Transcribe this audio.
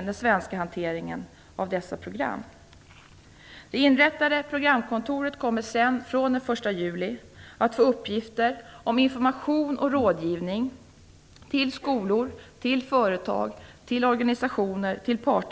den svenska hanteringen av dessa program. Det inrättade programkontoret kommer sedan från den 1 juli att få uppgifter om information och rådgivning till skolor, företag, organisationer och arbetsmarknadens parter.